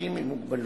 אנשים עם מוגבלות.